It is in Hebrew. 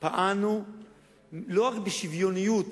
פעלנו לא רק בשוויוניות